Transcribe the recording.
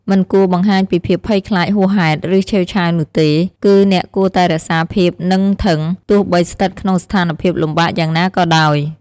មិនគួរបង្ហាញពីភាពភ័យខ្លាចហួសហេតុ ឬ ឆេវឆាវនោះទេ គឺអ្នកគួរតែរក្សាភាពនឹងធឹង ទោះបីស្ថិតក្នុងស្ថានភាពលំបាកយ៉ាងណាក៏ដោយ។